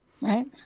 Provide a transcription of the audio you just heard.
right